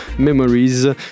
Memories